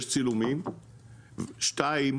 שנית,